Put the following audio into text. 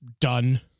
done-